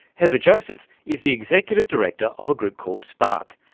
heather joseph is the executive director of a group called sparc,